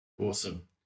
Awesome